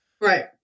Right